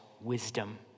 wisdom